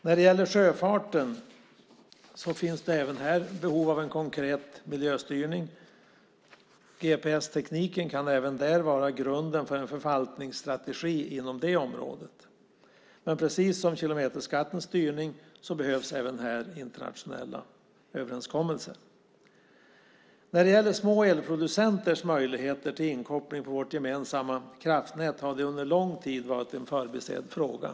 När det gäller sjöfarten finns också ett behov av en konkret miljöstyrning. Gps-tekniken kan även där vara grunden för en förvaltningsstrategi inom det området. Men precis som i frågan om kilometerskattens styrning behövs internationella överenskommelser. De små elproducenternas möjligheter till inkoppling på vårt gemensamma kraftnät har under lång tid varit en förbisedd fråga.